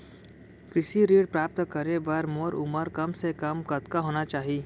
कृषि ऋण प्राप्त करे बर मोर उमर कम से कम कतका होना चाहि?